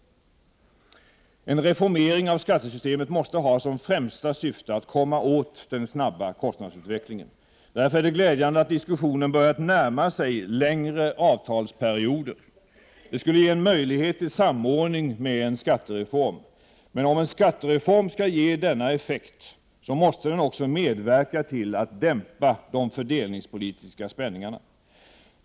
En reformering av skattesystemet måste ha som främsta syfte att komma åt den snabba kostnadsutvecklingen. Därför är det glädjande att diskussionen börjat närma sig längre avtalsperioder. Det skulle ge en möjlighet till samordning med en skattereform. Men om en skattereform skall ge denna effekt måste den också medverka till att dämpa de fördelningspolitiska spänningarna.